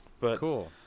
Cool